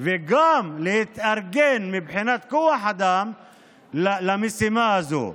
וגם להתארגן מבחינת כוח אדם למשימה הזו.